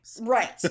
Right